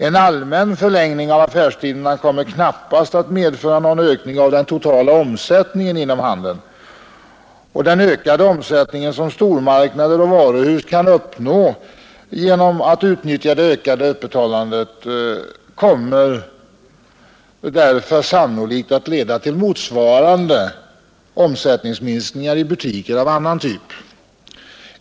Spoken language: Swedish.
En allmän förlängning av affärstiderna kommer knappast att medföra någon ökning av den totala omsättningen inom handeln. Den ökade omsättning som stormarknader och varuhus kan uppnå genom ökat öppethållande kommer därför sannolikt att leda till motsvarande omsättningsminskning i butiker av annan typ.